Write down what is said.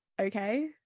okay